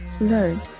learn